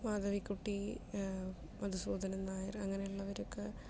Madhavikutty Madhusoodanan Nair അങ്ങനെയുള്ളവരൊക്കെ